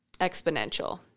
exponential